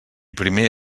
primer